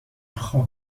خاک